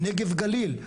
נגב גליל,